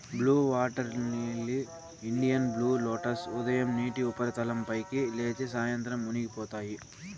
blue water lily, Indian blue lotus ఉదయం నీటి ఉపరితలం పైకి లేచి, సాయంత్రం మునిగిపోతాయి